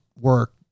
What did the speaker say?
work